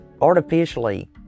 artificially